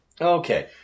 Okay